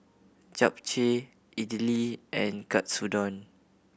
Japchae Idili and Katsudon